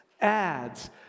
ads